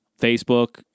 facebook